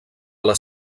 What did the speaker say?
les